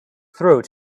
throat